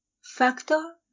Factor